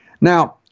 Now